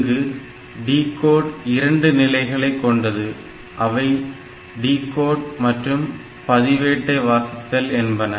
இங்கு டிகோட் இரண்டு நிலைகளை கொண்டது அவை டிகோட் மற்றும் பதிவேட்டை வாசித்தல் என்பன